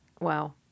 Wow